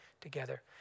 together